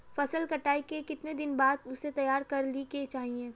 फसल कटाई के कीतना दिन बाद उसे तैयार कर ली के चाहिए?